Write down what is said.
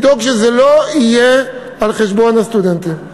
כדי לדאוג שזה לא יהיה על חשבון הסטודנטים,